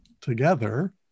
together